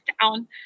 down